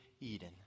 Eden